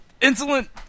insolent